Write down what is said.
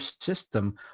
system